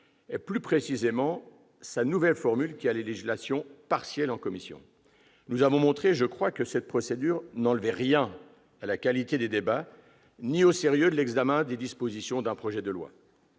plus précisément sa nouvelle formule, qui est la législation partielle en commission. Nous avons montré, je crois, que cette procédure n'enlevait rien à la qualité des débats ni au sérieux de l'examen des dispositions d'un projet de loi.